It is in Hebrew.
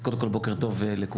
אז קודם כל בוקר טוב לכולם.